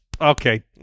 okay